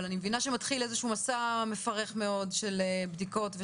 אבל אני מבינה שמתחיל איזשהו מסע מפרך מאוד של בדיקות.